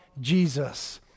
Jesus